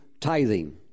tithing